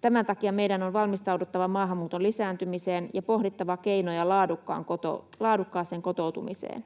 Tämän takia meidän on valmistauduttava maahanmuuton lisääntymiseen ja pohdittava keinoja laadukkaaseen kotoutumiseen.